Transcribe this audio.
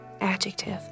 Adjective